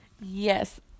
Yes